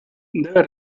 debe